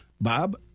Bob